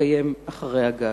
יתקיים אחרי הגעתם?